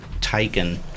taken